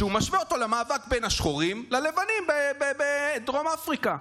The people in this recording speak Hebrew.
והוא משווה אותו למאבק בין השחורים ללבנים בדרום אפריקה.